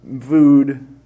food